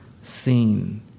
seen